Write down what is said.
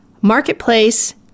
marketplace